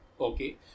Okay